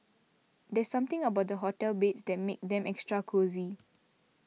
there's something about the hotel beds that makes them extra cosy